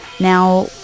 now